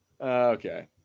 Okay